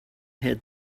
had